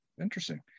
Interesting